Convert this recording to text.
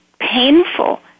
painful